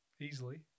easily